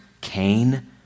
Cain